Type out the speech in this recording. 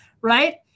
right